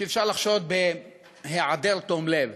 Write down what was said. שאפשר לחשוד בהיעדר תום לב,